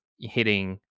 hitting